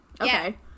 Okay